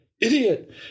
idiot